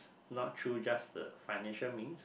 not through just the financial means